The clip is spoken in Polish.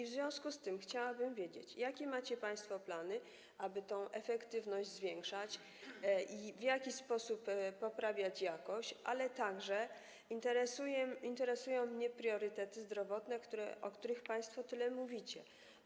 W związku z tym chciałabym wiedzieć, jakie macie państwo plany, aby tę efektywność zwiększać i w jakiś sposób poprawiać jakość, ale interesują mnie także priorytety zdrowotne, o których państwo tyle mówicie.